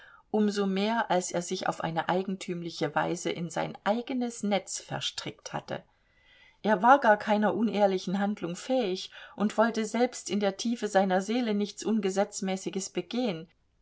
so mehr als er sich auf eine eigentümliche weise in sein eigenes netz verstrickt hatte er war gar keiner unehrlichen handlung fähig und wollte selbst in der tiefe seiner seele nichts ungesetzmäßiges begehen